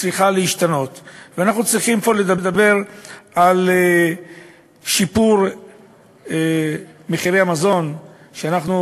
צריכה להשתנות ואנחנו צריכים פה לדבר על שיפור במחירי המזון שאנחנו,